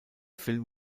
film